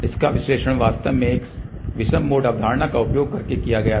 इसका विश्लेषण वास्तव में एक विषम मोड अवधारणा का उपयोग करके किया गया था